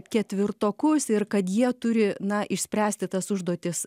ketvirtokus ir kad jie turi na išspręsti tas užduotis